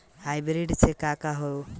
Hybrid से का का फायदा बा?